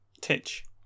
Titch